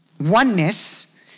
Oneness